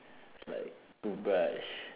it's like toothbrush